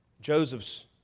Joseph's